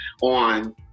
on